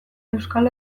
euskal